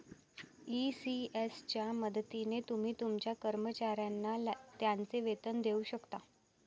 ECS च्या मदतीने तुम्ही तुमच्या कर्मचाऱ्यांना त्यांचे वेतन देऊ शकता